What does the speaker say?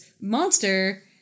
Monster